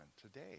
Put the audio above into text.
today